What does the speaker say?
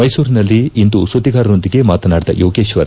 ಮೈಸೂರಿನಲ್ಲಿಂದು ಸುದ್ದಿಗಾರರೊಂದಿಗೆ ಮಾತನಾಡಿದ ಯೋಗೇಶ್ವರ್